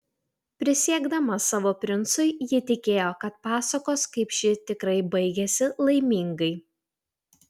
prisiekdama savo princui ji tikėjo kad pasakos kaip ši tikrai baigiasi laimingai